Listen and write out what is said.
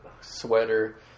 sweater